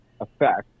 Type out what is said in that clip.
effect